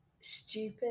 Stupid